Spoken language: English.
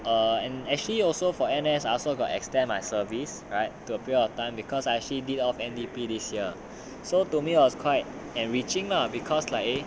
err and actually also for N_S I also got extend my service right to a period of time because I actually did of N_D_P this year so to me I was quite enriching lah because like